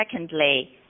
secondly